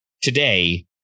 today